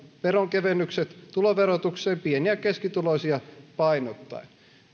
veronkevennykset tuloverotukseen pieni ja keskituloisia painottaen